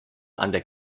under